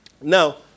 Now